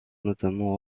notamment